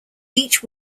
each